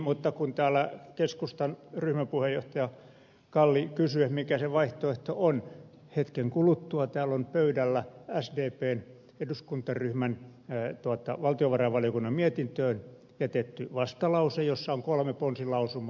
mutta kun täällä keskustan ryhmäpuheenjohtaja kalli kysyi mikä se vaihtoehto on niin hetken kuluttua täällä on pöydällä sdpn eduskuntaryhmän valtiovarainvaliokunnan mietintöön jättämä vastalause jossa on kolme ponsilausumaa